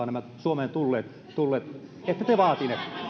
nämä suomeen tulleet pitää pakkopalauttaa ette te vaatineet